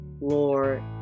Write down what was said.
Lord